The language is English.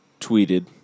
tweeted